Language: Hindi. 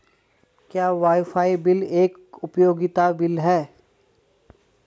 क्या वाईफाई बिल एक उपयोगिता बिल है?